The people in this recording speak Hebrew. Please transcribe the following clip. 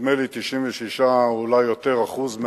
נדמה לי 96% או אולי יותר מהבנים